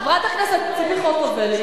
חברת הכנסת ציפי חוטובלי,